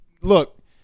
look